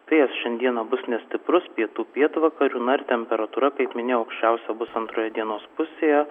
vėjas šiandieną bus nestiprus pietų pietvakarių na ir temperatūra kaip minėjau aukščiausia bus antroje dienos pusėje